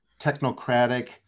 technocratic